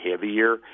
heavier